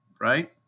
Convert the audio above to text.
right